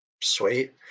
Sweet